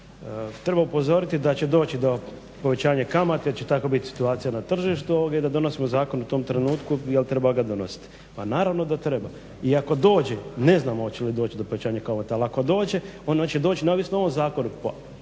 "Treba upozoriti da će doći do povećanja kamate jer će takva biti situacija na tržištu i da donosimo zakon u tom trenutku, jel treba ga donositi.". Ma naravno da treba, iako dođe, ne znamo oče li doći do povećanja kamata, ali ako dođe onda će doći neovisno o ovom zakonu.